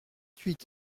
huit